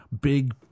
big